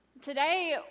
Today